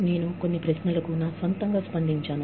నేను కొన్ని ప్రశ్నలకు నా స్వంతంగా స్పందించాను